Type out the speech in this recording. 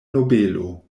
nobelo